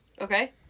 Okay